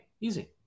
Easy